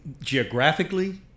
geographically